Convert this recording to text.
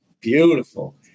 Beautiful